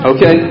Okay